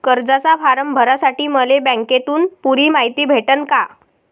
कर्जाचा फारम भरासाठी मले बँकेतून पुरी मायती भेटन का?